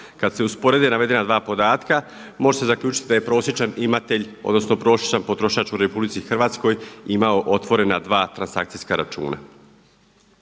Kada se usporede navedena 2 podatka može se zaključiti da je prosječan imatelj, odnosno prosječan potrošač u RH imao otvorena dva transakcijska računa.